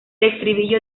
estribillo